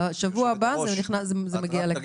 שבוע הבא זה מגיע לכאן.